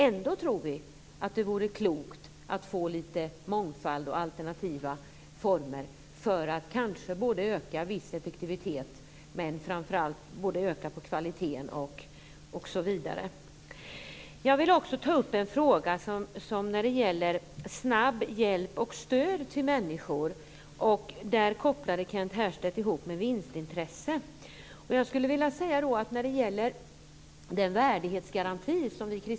Ändå tror vi att det vore klokt med mångfald och alternativa former, för att öka viss effektivitet och framför allt kvaliteten osv. Jag vill ta upp detta med snabb hjälp och stöd till människor. Kent Härstedt kopplade ihop det med vinstintresse. Vi kristdemokrater har i flera år pratat om en värdighetsgaranti.